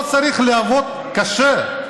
לא צריך לעבוד קשה.